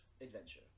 adventure